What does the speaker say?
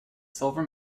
silver